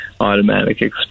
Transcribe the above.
automatic